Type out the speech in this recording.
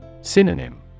Synonym